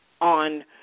on